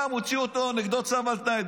הוציאו נגדו צו על תנאי.